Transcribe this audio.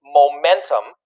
momentum